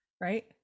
right